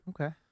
Okay